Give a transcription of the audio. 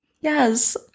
Yes